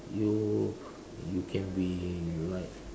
you you can be like